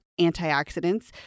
antioxidants